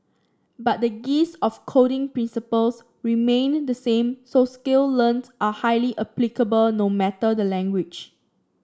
but the gist of coding principles remained the same so skills learnt are highly applicable no matter the language